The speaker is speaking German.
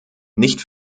nicht